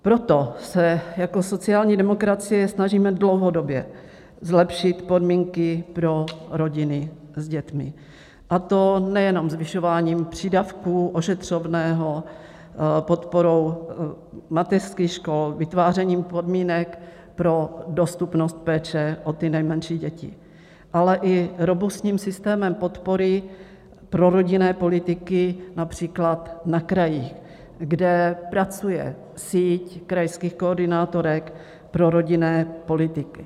Proto se jako sociální demokracie snažíme dlouhodobě zlepšit podmínky pro rodiny s dětmi, a to nejenom zvyšováním přídavků, ošetřovného, podporou mateřských škol, vytvářením podmínek pro dostupnost péče o ty nejmenší děti, ale i robustním systémem podpory prorodinné politiky, například na krajích, kde pracuje síť krajských koordinátorek prorodinné politiky.